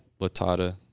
latata